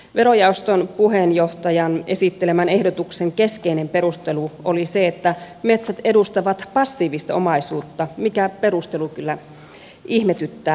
verojaoston puheenjohtajan esittelemän ehdotuksen keskeinen perustelu oli se että metsät edustavat passiivista omaisuutta mikä perustelu kyllä ihmetyttää